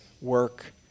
work